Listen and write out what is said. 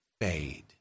fade